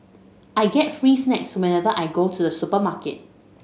I get free snacks whenever I go to the supermarket